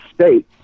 state